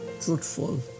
truthful